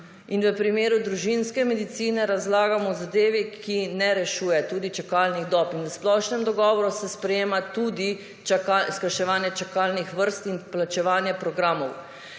In v primeru družinske medicine razlagam o zadevi, ki ne rešuje tudi čakalnih dob. In v splošnem dogovoru se sprejema tudi skrajševanje čakalnih vrst in plačevanje programov.